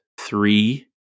three